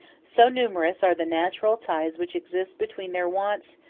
so numerous are the natural ties which exist between their wants,